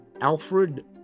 Alfred